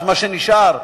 מה שעוד נשאר,